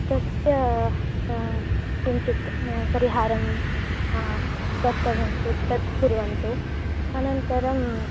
तस्य किञ्चित् परिहारः वक्तव्यः चेत् तत् कुर्वन्तु अनन्तरं